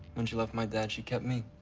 when she left my dad, she kept me.